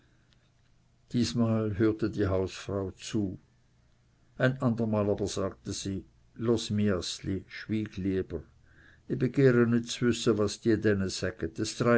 diesmal hörte die hausfrau zu ein andermal aber sagte sie los miaßli schwyg lieber i begehre nit z'wüsse was